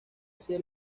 ser